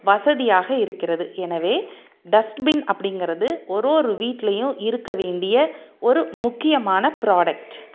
வசதியாக இருக்கின்றது எனவே டஸ்ட்பின் அப்படிங்கிறது ஒரு ஒரு வீட்லேயும் இருக்க வேண்டிய ஒரு முக்கியமான புரோடக்ட்